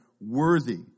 worthy